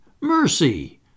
Mercy